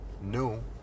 new